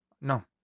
no